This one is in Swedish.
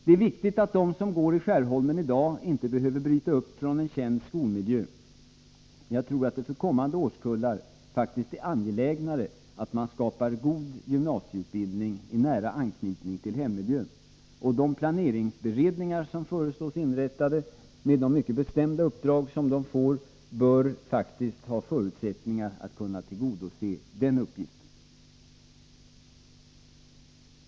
De elever som i dag finns i Skärholmen skall inte behöva bryta upp från en känd skolmiljö, men jag tror att det för kommande årskullar blir ännu mer angeläget att skapa gymnasieutbildning i nära anknytning till hemmiljön. De planeringsberedningar som föreslås inrättade bör, med de mycket bestämda uppdrag som de får, ha förutsättningar att kunna tillgodose den uppgiften.